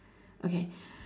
okay